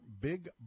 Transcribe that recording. Big